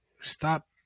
stop